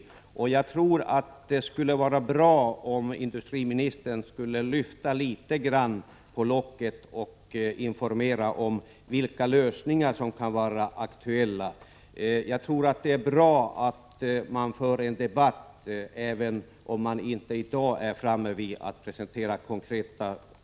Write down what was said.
1986/87:105 Jag tror att det skulle vara bra om industriministern lyfte litet grand på 9 april 1987 locket och informerade om vilka lösningar som kan vara aktuella. Jag tror att det är bra att föra en debatt, även om man inte i dag är framme vid att presentera konkreta förslag.